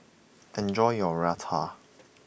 enjoy your Raita